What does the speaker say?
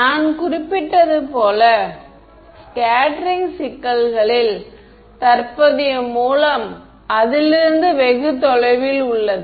நான் குறிப்பிட்டது போல ஸ்கேட்டெரிங் சிக்கலில் தற்போதைய மூலம் அதிலிருந்து வெகு தொலைவில் உள்ளது